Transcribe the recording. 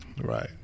right